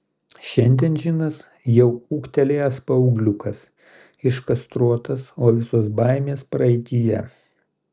šiandien džinas jau ūgtelėjęs paaugliukas iškastruotas o visos baimės praeityje